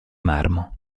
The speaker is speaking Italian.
marmo